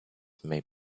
may